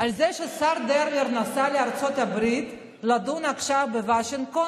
שהשר דרמר נסע לארצות הברית לדון עכשיו בוושינגטון